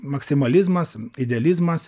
maksimalizmas idealizmas